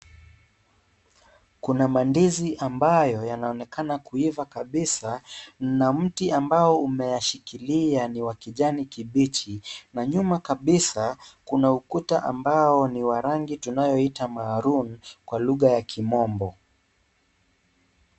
Kuna mandizi ambayo yanaonekana kuiva kabisa na mti ambao umeshikilia ni wa kijani kibichi. Na nyuma kabisa kuna ukuta ambao ni wa rangi tunayoita maroon kwa lugha ya kimombo.